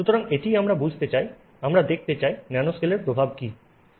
সুতরাং এটিই আমরা বুঝতে চাই আমরা দেখতে চাই ন্যানোস্কেল এর প্রভাব কি